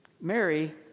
Mary